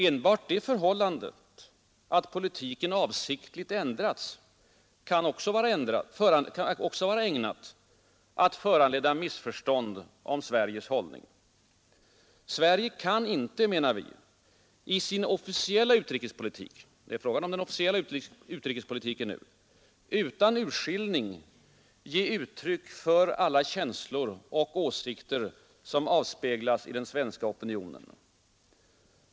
Enbart det förhållandet att politiken avsiktligt ändrats kan vara ägnat att föranleda missförstånd om Sveriges hållning. Sverige kan inte, menar vi, i sin officiella utrikespolitik utan urskillning ge uttryck för alla känslor och åsikter som avspeglas i den svenska opinionen.